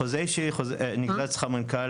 בחוזה אישי, נגזרת שכר מנכ"ל